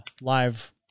live